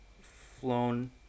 flown